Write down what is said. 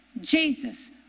Jesus